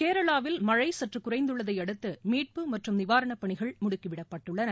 கேரளாவில் மழை சற்று குறைந்துள்ளதை அடுத்து மீட்பு மற்றும் நிவாரணப் பணிகள் முடுக்கிவிடப்பட்டுள்ளன